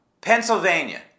Pennsylvania